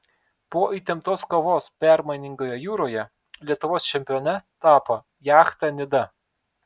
po įtemptos kovos permainingoje jūroje lietuvos čempione tapo jachta nida